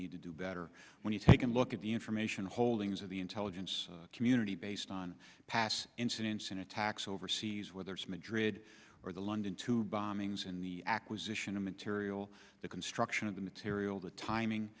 need to do better when you take a look at the information holdings of the intelligence community based on past incidents in attacks overseas whether it's madrid or the london bombings in the acquisition of material the construction of the material the timing